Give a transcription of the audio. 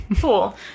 Cool